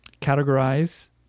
categorize